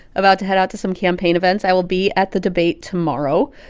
about to head out to some campaign events. i will be at the debate tomorrow.